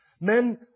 Men